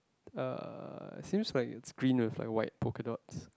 uh seems like it's green with like white polka dots